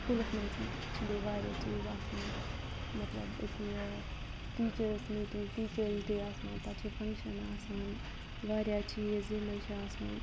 سکوٗلَس مَنٛز چھِ بیٚیہِ واریاہ چیٖز آسان مَطلَب أکیاہ یہِ ٹیٖچٲرٕس میٖٹِنٛگ ٹیٖچٲرٕس ڈے آسان پَتہٕ چھُ فَنٛگشَن آسان واریاہ چیٖز یِمے چھِ آسان